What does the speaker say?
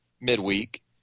midweek